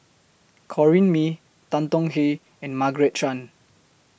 Corrinne May Tan Tong Hye and Margaret Chan